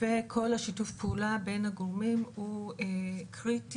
וכל שיתוף הפעולה בין הגורמים הוא קריטי,